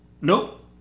Nope